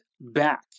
back